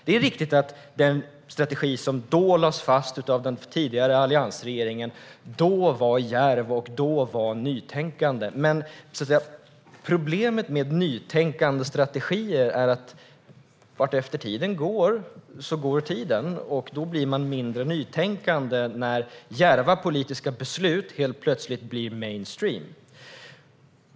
Det är riktigt att den strategi som lades fast av den tidigare alliansregeringen då var djärv och nytänkande. Problemet med nytänkande strategier är att vartefter tiden går så går tiden. Då blir man mindre nytänkande när djärva politiska beslut helt plötsligt blir mainstream.